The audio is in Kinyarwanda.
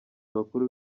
bakuru